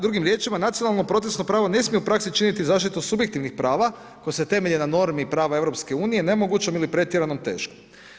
Drugim riječima nacionalno procesno pravom, ne smije u praski činiti zaštitu subjektivnih prava, koja se temelji na normi i prava EU, nemogućem ili pretjerano teško.